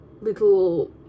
little